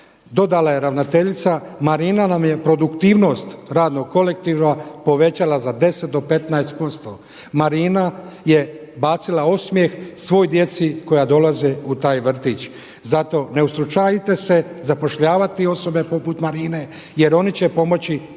Dodala je ravnateljica, Marina nam je produktivnost radnog kolektiva povećala za 10 do 15%. Marina je bacila osmjeh svoj djeci koja dolaze u taj vrtić. Zato ne ustručavajte se zapošljavati osobe poput Marine jer oni će pomoći